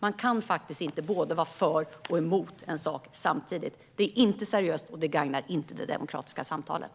Man kan faktiskt inte vara både för och emot en sak samtidigt. Det är inte seriöst, och det gagnar inte det demokratiska samtalet.